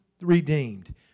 Redeemed